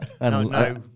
no